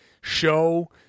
show